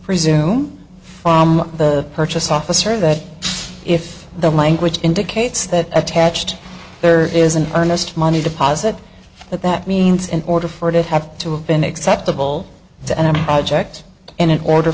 presume form the purchase officer that if the language indicates that attached there is an earnest money deposit at that means in order for it have to have been acceptable to any object and in order